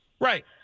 Right